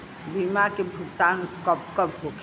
बीमा के भुगतान कब कब होले?